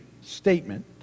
statement